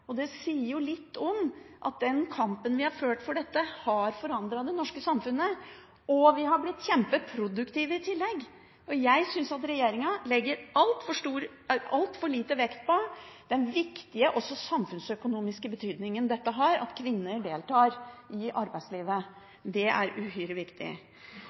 Det sier litt om at den kampen vi har ført for dette, har forandret det norske samfunnet. Vi har i tillegg blitt kjempeproduktive. Jeg synes regjeringen legger altfor lite vekt på den viktige samfunnsøkonomiske betydningen det har at kvinner deltar i arbeidslivet. Det er uhyre viktig.